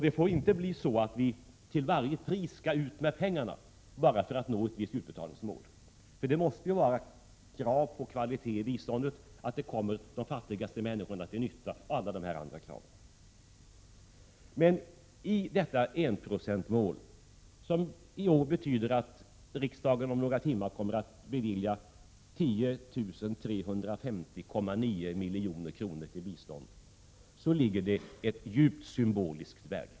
Det får inte bli så att vi till varje pris skall ut med pengarna bara för att nå ett visst utbetalningsmål. Det måste vara krav på kvalitet i biståndet och krav på att det kommer de fattigaste människorna till nytta, förutom alla andra krav. I detta enprocentsmål, som i år betyder att riksdagen om några timmar kommer att bevilja 10 350,9 milj.kr. till bistånd, ligger det ett djupt symboliskt värde.